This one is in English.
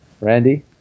Randy